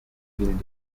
building